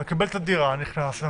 הוא מקבל את הדירה, וממשיך.